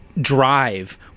drive